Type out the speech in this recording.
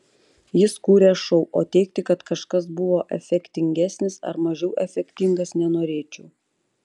jis kūrė šou o teigti kad kažkas buvo efektingesnis ar mažiau efektingas nenorėčiau